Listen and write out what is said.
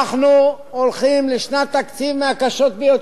אנחנו הולכים לשנת תקציב מהקשות ביותר.